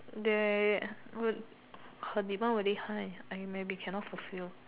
they would her demand very high I maybe cannot full fill